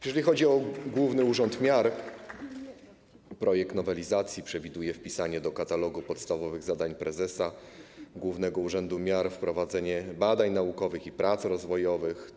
Jeżeli chodzi o Główny Urząd Miar, projekt nowelizacji przewiduje wpisanie do katalogu podstawowych zadań prezesa Głównego Urzędu Miar wprowadzenie badań naukowych i prac rozwojowych.